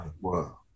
wow